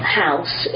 house